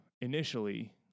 initially